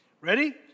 Ready